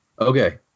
okay